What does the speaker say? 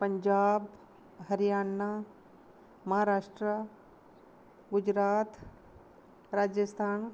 Punjab Haryana Maharashtra Gujarat Rajasthan